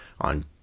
on